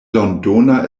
londona